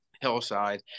hillside